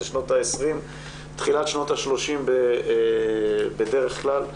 שנות העשרים ותחילת שנות השלושים בדרך כלל,